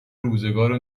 روزگار